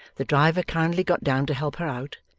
the driver kindly got down to help her out,